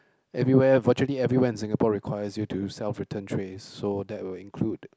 everywhere virtually everywhere in Singapore requires you to self return trays so that will include